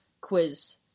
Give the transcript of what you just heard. Quiz